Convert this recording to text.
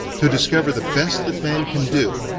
to discover the best that man can do,